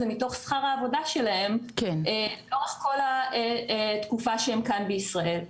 מתוך שכר העבודה שלהם לאורך כל התקופה שהם כאן בישראל,